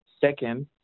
Second